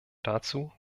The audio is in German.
dazu